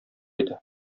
иде